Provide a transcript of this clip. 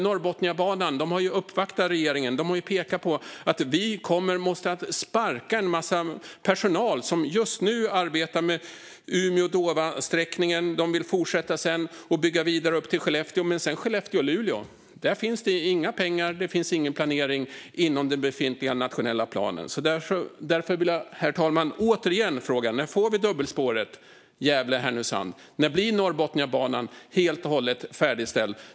Norrbotniabanan har uppvaktat regeringen och pekat på att de kommer att behöva sparka en massa personal som just nu arbetar med Umeå-Dåva-sträckningen. De vill sedan fortsätta och bygga vidare upp till Skellefteå, men när det sedan gäller Skellefteå-Luleå finns det inga pengar och ingen planering inom den befintliga nationella planen. Därför vill jag återigen fråga, herr talman: När får vi dubbelspåret Gävle-Härnösand? När blir Norrbotniabanan helt och hållet färdigställd?